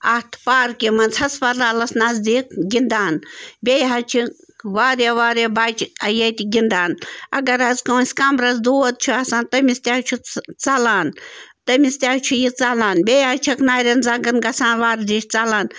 اَتھ پارکہِ منٛز ہسپتالَس نزدیٖک گِنٛدان بیٚیہِ حظ چھِ واریاہ واریاہ بَچہٕ ییٚتہِ گِنٛدان اگر حظ کانٛسہِ کَمرَس دود چھُ آسان تٔمِس تہِ حظ چھُ ژلان تٔمِس تہِ حظ چھُ یہِ ژلان بیٚیہِ حظ چھَکھ نَرٮ۪ن زَنٛگن گژھان وَرزِش ژلان